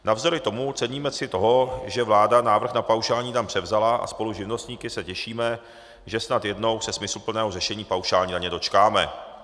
Navzdory tomu si ceníme toho, že vláda návrh na paušální daň převzala, a spolu se živnostníky se těšíme, že snad jednou se smysluplného řešení paušální daně dočkáme.